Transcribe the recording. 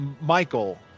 michael